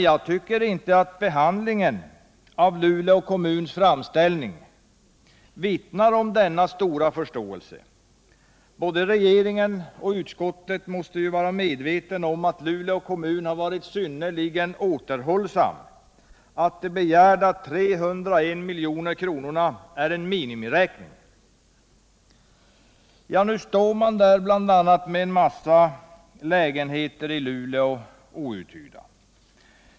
Jag tycker inte att behandlingen av Luleå kommuns framställning vittnar om denna stora förståelse. Både regeringen och utskottet måste vara medvetna om att Luleå kommun har varit synnerligen återhållsam, att begärda 301 milj.kr. är en minimiberäkning. Nu står man bl.a. med en massa lägenheter i Luleå outhyrda.